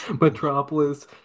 metropolis